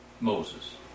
Moses